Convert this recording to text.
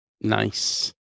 Nice